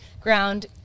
ground